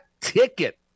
ticket